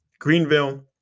Greenville